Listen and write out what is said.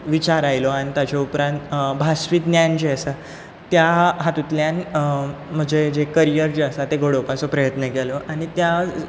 विचार आयलो आनी ताचे उपरांत भास विज्ञान जें आसा त्या हातुंतल्यान म्हजें जें करियर जे आसा तें घडोवपाचो प्रयत्न केलो आनी त्या